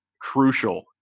crucial